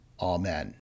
Amen